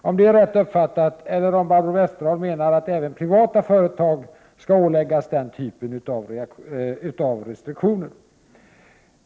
Eller menar Barbro Westerholm att även privata företag skall åläggas den här typen av restriktioner?